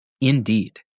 Indeed